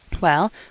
Well